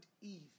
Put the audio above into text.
eve